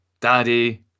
Daddy